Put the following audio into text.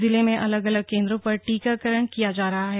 जिले में अलग अलग केंद्रों पर टीकाकरण किया जा रहा है